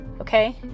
Okay